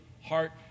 heart